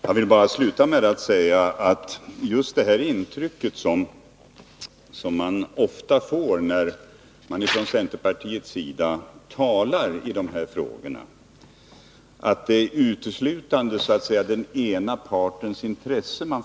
Herr talman! Jag vill bara sluta med att nämna att man ofta får ett intryck — när representanter för centern talar i dessa frågor — att centern uteslutande företräder den ena partens intressen.